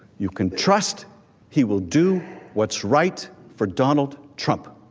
you can trust he will do what's right for donald trump.